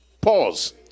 pause